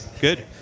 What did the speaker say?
Good